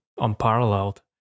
unparalleled